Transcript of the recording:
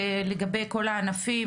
לגבי כל הענפים,